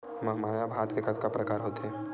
महमाया भात के कतका प्रकार होथे?